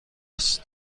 است